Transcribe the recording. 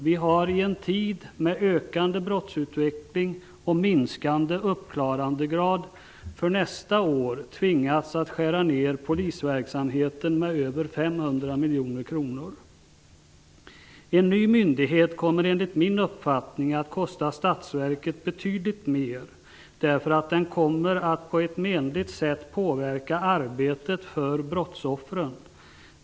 Vi har i en tid med ökande brottsutveckling och minskande uppklarandegrad för nästa år tvingats att skära ned polisverksamheten med över 500 miljoner kronor. En ny myndighet kommer enligt min uppfattning att kosta statsverket betydligt mer, därför att den på ett menligt sätt kommer att påverka arbetet för brottsoffren.